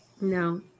no